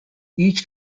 each